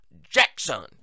Jackson